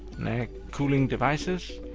next, cooling devices.